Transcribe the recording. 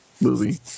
movie